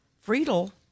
Friedel